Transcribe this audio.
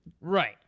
Right